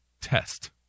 test